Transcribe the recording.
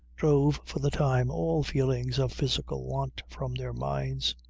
drove, for the time, all feelings of physical want from their minds